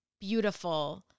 beautiful